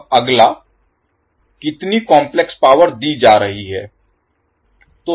अब अगला कितनी काम्प्लेक्स पावर दी जा रही है